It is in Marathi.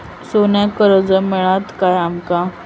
सोन्याक कर्ज मिळात काय आमका?